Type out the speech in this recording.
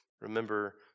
remember